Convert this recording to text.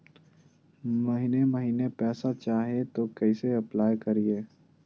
महीने महीने पैसा चाही, तो कैसे अप्लाई करिए?